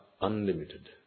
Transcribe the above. unlimited